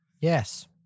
yes